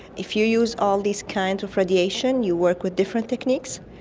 if you use all these kinds of radiation, you work with different techniques,